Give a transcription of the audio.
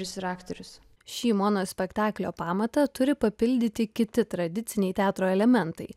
jis ir aktorius šį monospektaklio pamatą turi papildyti kiti tradiciniai teatro elementai